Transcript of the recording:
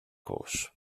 course